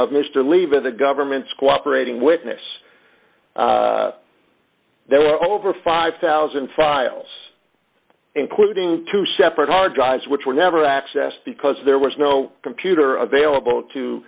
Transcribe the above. of mr levy or the government's cooperating witness there were over five thousand files including two separate hard drives which were never accessed because there was no computer available to